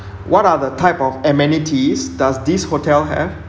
what are the type of amenities does this hotel have